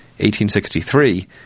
1863